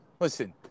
Listen